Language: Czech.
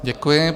Děkuji.